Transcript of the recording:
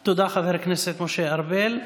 תודה, חבר הכנסת משה ארבל.